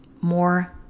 more